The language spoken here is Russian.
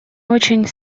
очень